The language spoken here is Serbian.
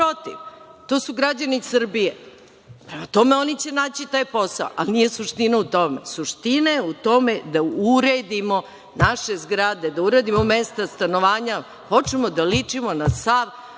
to su građani Srbije. Prema tome, oni će naći taj posao, ali nije u tome. Suština je u tome da uredimo naše zgrade, da uredimo mesta stanovanja, da počnemo da ličimo na sav